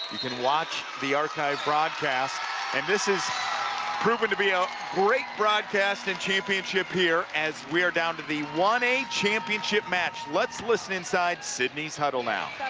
you can watch the archived broadcast and this has proven to be a great broadcast and championship here as we are down to the one a championship match let's listen inside sidney's huddle now.